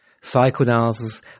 Psychoanalysis